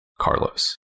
Carlos